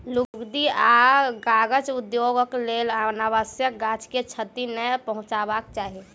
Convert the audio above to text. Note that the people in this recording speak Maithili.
लुगदी आ कागज उद्योगक लेल अनावश्यक गाछ के क्षति नै पहुँचयबाक चाही